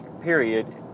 period